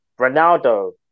Ronaldo